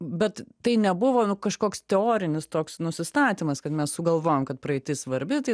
bet tai nebuvo nu kažkoks teorinis toks nusistatymas kad mes sugalvojom kad praeitis svarbi tai